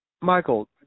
Michael